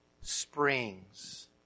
springs